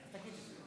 תגיד את זה.